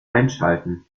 einschalten